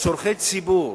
לצורכי ציבור,